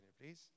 please